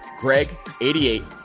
GREG88